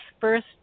first